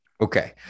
Okay